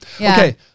Okay